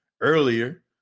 earlier